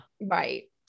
Right